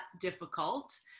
difficult